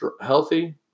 healthy